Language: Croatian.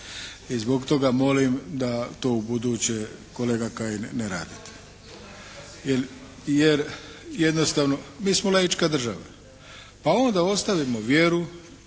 I zbog toga molim da to ubuduće kolega Kajin ne radite. Jer jednostavno mi smo laička država. Pa onda ostavimo vjeru